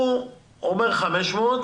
הוא אומר 500 שקל,